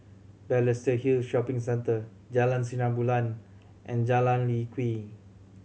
Balestier Hill Shopping Centre Jalan Sinar Bulan and Jalan Lye Kwee